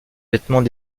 vêtements